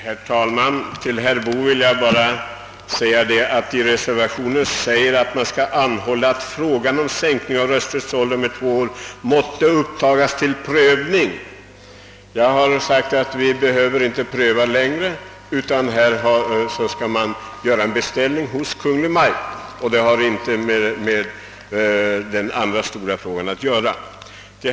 Herr talman! Till herr Boo vill jag säga att i reservationen anföres att man skall anhålla att frågan om sänkning av rösträttsåldern måtte upptagas till prövning. Jag har sagt att vi inte behöver pröva längre utan skall göra en beställning hos Kungl. Maj:t. Detta har inte med den andra stora frågan att göra.